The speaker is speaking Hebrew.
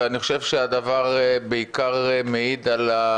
ואני חושב שהדבר בעיקר מעיד על,